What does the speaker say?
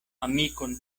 amikon